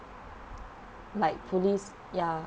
like police ya